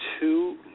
two